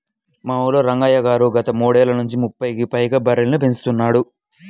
మా ఊల్లో రంగయ్య గారు గత మూడేళ్ళ నుంచి ముప్పైకి పైగా బర్రెలని పెంచుతున్నాడు